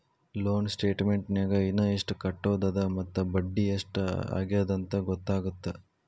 loan ಸ್ಟೇಟಮೆಂಟ್ನ್ಯಾಗ ಇನ ಎಷ್ಟ್ ಕಟ್ಟೋದದ ಮತ್ತ ಬಡ್ಡಿ ಎಷ್ಟ್ ಆಗ್ಯದಂತ ಗೊತ್ತಾಗತ್ತ